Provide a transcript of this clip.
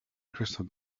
crystal